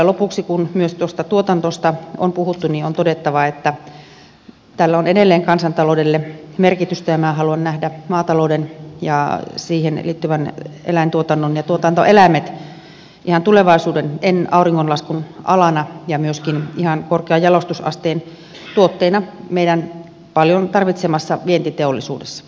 lopuksi kun myös tuosta tuotannosta on puhuttu niin on todettava että tällä on edelleen kansantaloudelle merkitystä ja minä haluan nähdä maatalouden ja siihen liittyvän eläintuotannon ja tuotantoeläimet ihan tulevaisuuden en auringonlaskun alana ja myöskin ihan korkean jalostusasteen tuotteina meidän paljon tarvitsemassa vientiteollisuudessa